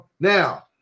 Now